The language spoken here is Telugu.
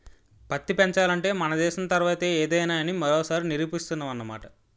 పత్తి పెంచాలంటే మన దేశం తర్వాతే ఏదైనా అని మరోసారి నిరూపిస్తున్నావ్ అన్నమాట